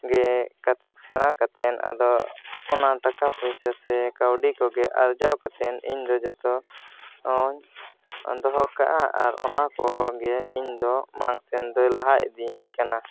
ᱜᱮ ᱥᱮᱬᱟ ᱠᱟᱛᱮ ᱟᱫᱚ ᱚᱱᱟ ᱴᱟᱠᱟ ᱯᱚᱭᱥᱟ ᱥᱮ ᱠᱟᱹᱣᱰᱤ ᱠᱚᱜᱮ ᱟᱨᱡᱟᱣ ᱠᱟᱛᱮ ᱤᱧ ᱫᱚ ᱡᱚᱛᱚ ᱦᱚᱧ ᱫᱚᱦᱚ ᱠᱟᱜᱼᱟ ᱟᱨ ᱚᱱᱟ ᱠᱚᱜᱮ ᱤᱧ ᱫᱚ ᱢᱟᱲᱟᱝ ᱥᱮᱱ ᱫᱚ ᱞᱟᱦᱟ ᱤᱫᱤᱭᱤᱧ ᱠᱟᱱᱟ